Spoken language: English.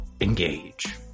Engage